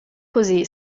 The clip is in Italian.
così